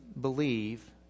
believe